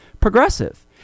progressive